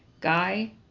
Guy